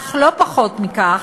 אך לא פחות מכך,